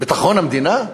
ביטחון המדינה?